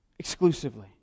Exclusively